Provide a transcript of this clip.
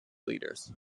leaders